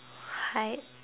height